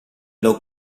low